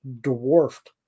dwarfed